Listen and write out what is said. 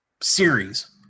series